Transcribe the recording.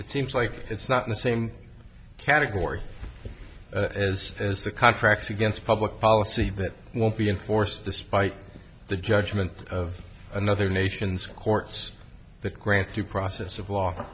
it seems like it's not the same category as as the contract against public policy that won't be enforced despite the judgment of another nation's courts that grant to process of l